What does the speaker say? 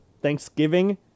Thanksgiving